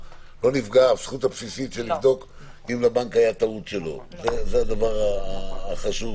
הזכות הבסיסית של לבדוק אם לבנק הייתה טעות.